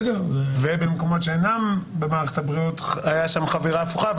ובמקומות שאינם במערכת הבריאות הייתה שם חבירה הפוכה.